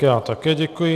Já také děkuji.